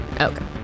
Okay